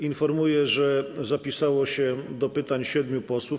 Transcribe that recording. Informuję, że zapisało się do pytań siedmiu posłów.